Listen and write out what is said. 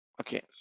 okay